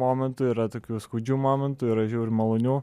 momentų yra tokių skaudžių momentų yra žiauriai malonių